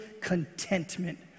contentment